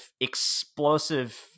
explosive